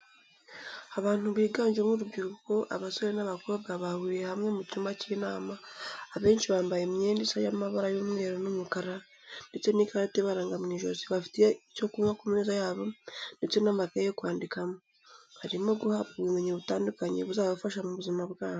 Abantu biganjemo urubyiruko abasore n'abakobwa bahuriye hamwe mu cyumba cy'inama abenshi bambaye imyenda isa y'amabara y'umweru n'umukara ndetse n'ikarita ibaranga mw'ijosi bafite icyo kunywa ku meza yabo ndetse n'amakaye yo kwandikamo, barimo guhabwa ubumenyi butandukanye buzabafasha mu buzima bwabo.